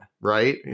Right